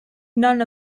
none